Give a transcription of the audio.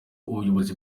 ubuyobozi